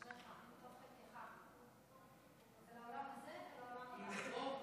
אשריך, מה טוב חלקך, לעולם הזה ולעולם הבא.